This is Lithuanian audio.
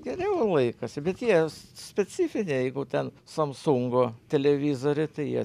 geriau laikosi bet jie specifiniai jeigu ten samsungo televizoriai tai jie